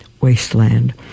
Wasteland